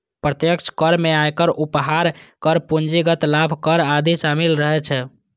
प्रत्यक्ष कर मे आयकर, उपहार कर, पूंजीगत लाभ कर आदि शामिल रहै छै